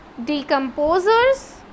Decomposers